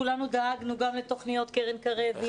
כולנו דאגנו לתכניות קרן קרב,